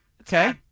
Okay